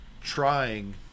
trying